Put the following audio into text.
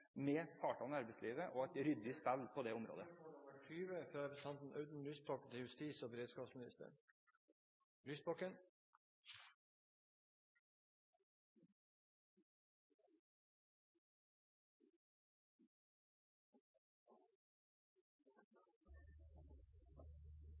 med partene i arbeidslivet og ryddig spill på det området.